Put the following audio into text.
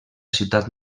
ciutat